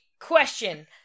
question